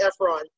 Efron